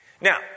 Now